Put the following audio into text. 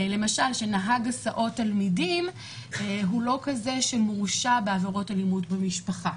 נהג הסעות תלמידים לא מורשע בעבירות אלימות במשפחה